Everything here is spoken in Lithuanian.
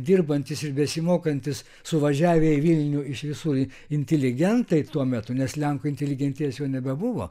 dirbantys ir besimokantys suvažiavę į vilnių iš visur inteligentai tuo metu nes lenkų inteligentijos jau nebebuvo